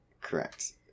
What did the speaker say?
Correct